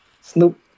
Snoop